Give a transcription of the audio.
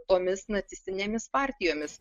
tomis nacistinėmis partijomis